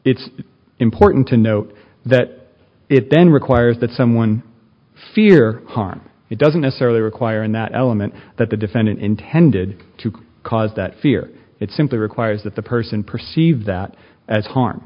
it's important to note that it then requires that someone fear harm it doesn't necessarily require in that element that the defendant intended to cause that fear it simply requires that the person perceive that as harm